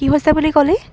কি হৈছে বুলি ক'লি